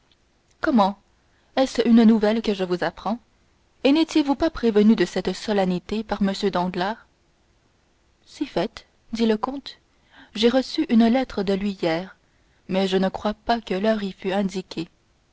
comment est-ce une nouvelle que je vous apprends et nétiez vous pas prévenu de cette solennité par m danglars si fait dit le comte j'ai reçu une lettre de lui hier mais je ne crois pas que l'heure y fût indiquée